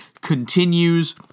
continues